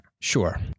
Sure